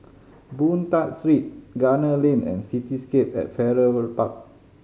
Boon Tat Street Gunner Lane and Cityscape at Farrer Park